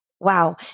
wow